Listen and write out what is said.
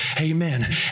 Amen